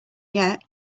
yet